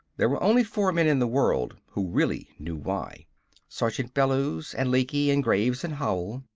there were only four men in the world who really knew why sergeant bellews and lecky and graves and howell.